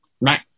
Right